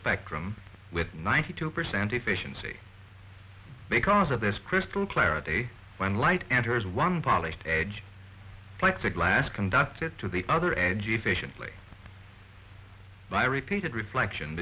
spectrum with ninety two percent efficiency because of this crystal clarity when light enters one polished edge plexiglas conducted to the other edgy efficiently by repeated reflection